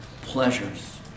pleasures